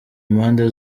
impande